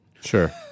sure